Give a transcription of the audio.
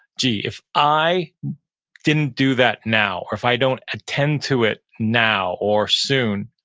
gee, if i didn't do that now or if i don't attend to it now or soon,